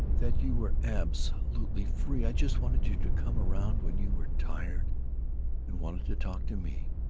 that you were absolutely free. i just wanted you to come around when you were tired and wanted to talk to me,